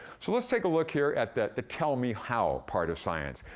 so let's take a look here at that, the tell me how part of science.